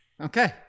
Okay